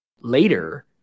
later